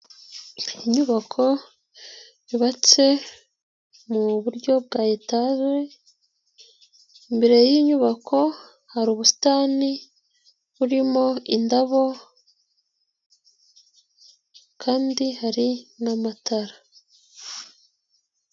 Inyubako yubatse mu buryo bwa etaje, imbere y' iyi nyubako, hari ubusitani burimo indabo, kandi hari n'amatara.